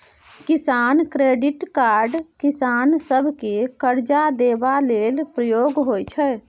किसान credit card किसान सभकेँ करजा देबा लेल प्रयोग होइ छै